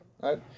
right